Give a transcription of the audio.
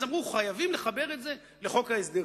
אז אמרו: חייבים לחבר את זה לחוק ההסדרים.